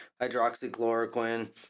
hydroxychloroquine